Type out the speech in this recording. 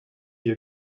ihr